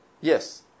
Yes